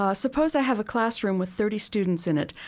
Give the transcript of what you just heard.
ah suppose i have a classroom with thirty students in it.